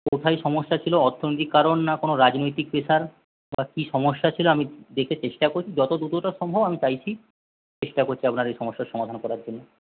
কোথায় সমস্যা ছিল অর্থনৈতিক কারণ না কোন রাজনৈতিক প্রেশার বা কি সমস্যা ছিল আমি দেখে চেষ্টা করছি যত দ্রুত সম্ভব আমি চাইছি চেষ্টা করছি আপনার এই সমস্যার সমাধান করার জন্য